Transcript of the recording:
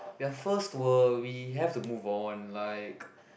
we are first world we have to move on like